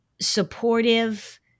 supportive